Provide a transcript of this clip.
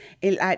el